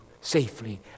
safely